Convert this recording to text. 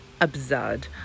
absurd